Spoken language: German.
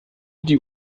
die